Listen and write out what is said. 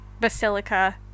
basilica